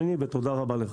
תודה רבה.